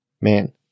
man